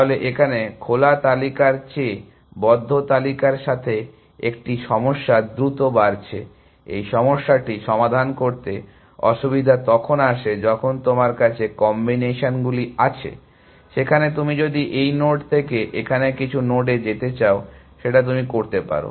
তাহলে এখানে খোলা তালিকার চেয়ে বদ্ধ তালিকার সাথে একটি সমস্যা দ্রুত বাড়ছে এই সমস্যাটি সমাধান করতে অসুবিধা তখন আসে যখন তোমার কাছে যে কম্বিনেশনগুলি আছে সেখানে তুমি যদি এই নোড থেকে এখানে কিছু নোডে যেতে চাও সেটা তুমি করতে পারো